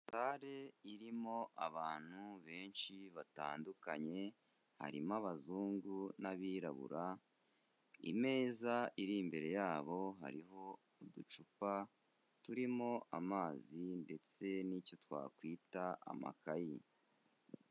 Sale irimo abantu benshi batandukanye, harimo abazungu n'abirabura, imeza iri imbere yabo hariho uducupa turimo amazi ndetse n'icyo twakwita amakayi.